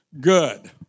good